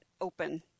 open